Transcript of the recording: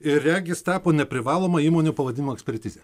ir regis tapo neprivaloma įmonių pavadinimų ekspertizė